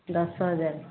ଦଶହଜାର